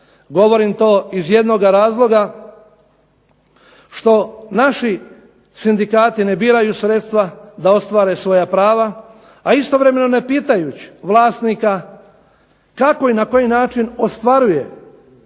Govorim to iz jednoga razloga što naši sindikati ne biraju sredstva da ostvare svoja prava, a istovremeno ne pitajući vlasnika kako i na koji način ostvaruje